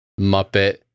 Muppet